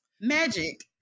magic